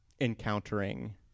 encountering